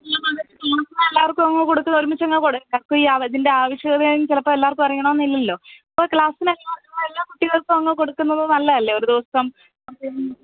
ഇനി മുതൽ എല്ലാവർക്കുമങ്ങു കൊടുക്കൂ ഒരുമിച്ചങ്ങു കൊടുക്കൂ ഇതിൻ്റെ ആവശ്യകതയും ചിലപ്പോള് എല്ലാവര്ക്കും അറിയണമെന്നില്ലല്ലൊ ക്ലാസ്സില് അനുയോജ്യമായ എല്ലാ കുട്ടികൾക്കുമങ്ങു കൊടുക്കുന്നതു നല്ലതല്ലേ ഒരു ദിവസം